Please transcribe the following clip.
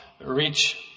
reach